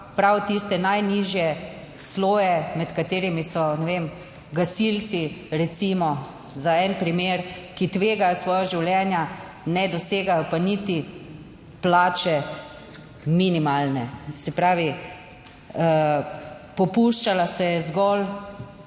prav tiste najnižje sloje, med katerimi so, ne vem, gasilci recimo za en primer, ki tvegajo svoja življenja, ne dosegajo pa niti plače minimalne. Se pravi, popuščala se je zgolj